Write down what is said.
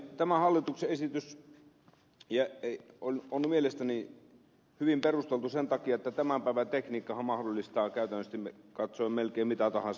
tämä hallituksen esitys on mielestäni hyvin perusteltu sen takia että tämän päivän tekniikkahan mahdollistaa käytännöllisesti katsoen melkein mitä tahansa